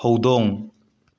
ꯍꯧꯗꯣꯡ